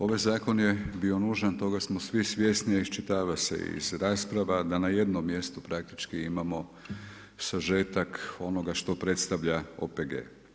Ovaj zakon je bio nužan toga smo svi svjesni, a iščitava se iz rasprava da na jednom mjestu praktički imamo sažetak onoga što predstavlja OPG.